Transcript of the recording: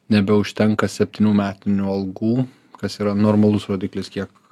nebeužtenka septynių metinių algų kas yra normalus rodiklis kiek